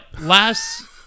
last